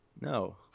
No